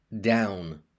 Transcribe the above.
down